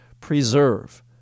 preserve